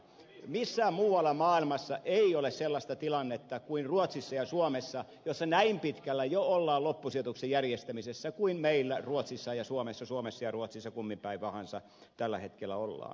missään muualla maailmassa ei ole sellaista tilannetta kuin ruotsissa ja suomessa jossa näin pitkällä jo ollaan loppusijoituksen järjestämisessä kuin meillä ruotsissa ja suomessa suomessa ja ruotsissa kummin päin tahansa tällä hetkellä ollaan